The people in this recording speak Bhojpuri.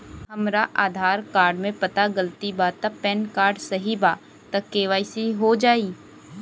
हमरा आधार कार्ड मे पता गलती बा त पैन कार्ड सही बा त के.वाइ.सी हो जायी?